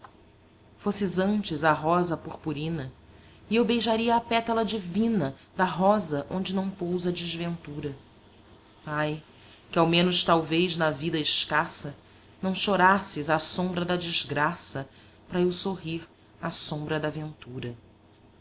fosses antes a rosa purpurina e eu beijaria a pétala divina da rosa onde não pousa a desventura ai que ao menos talvez na vida escassa não chorasses à sombra da desgraça para eu sorrir à sombra da ventura